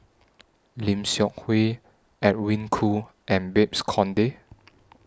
Lim Seok Hui Edwin Koo and Babes Conde